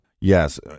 Yes